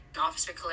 Officer